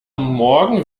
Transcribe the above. morgen